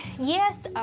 yes,